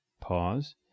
Pause